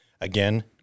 again